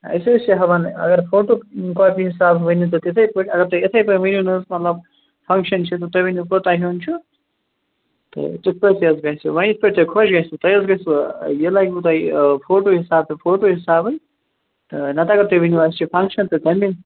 أسۍ حظ چھِ ہیٚوان اگر فوٹو کاپی حِساب ؤنِو تُہۍ تِتھے پٲٹھۍ اگر تُہۍ یِتھَے پٲٹھۍ ؤنِو نَہ حظ مطلب فنٛکشن چھِ تہِ تُہۍ ؤنِو کوتاہ ہیٚون چھُ تہٕ تِتھ پٲٹھۍ تہِ حظ گَژھہِ وۄنۍ یَتھ پٲٹھۍ تۄہہِ خۄش گَژھہِ تۄہہِ حظ گژھوٕ یہِ لگوٕ تۄہہِ فوٹو حِساب تہٕ فوٹو حِسابٕے تہٕ نَتہِ اگر تُہۍ ؤنِو اسہِ چھِ فنٛکشن تہٕ تمے